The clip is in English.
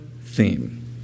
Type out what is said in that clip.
theme